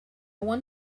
want